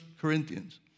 Corinthians